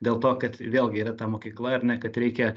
dėl to kad vėlgi yra ta mokykla ar ne kad reikia